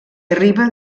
arriba